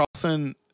Carlson